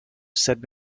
said